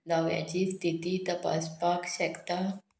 दाव्याची स्थिती तपासपाक शकता